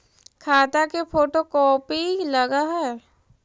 खाता के photocopy लगहै?